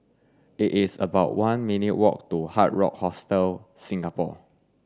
it is about one minutes' walk to Hard Rock Hostel Singapore